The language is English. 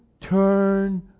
turn